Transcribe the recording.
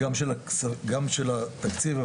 גם של התקציב,